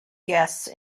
guests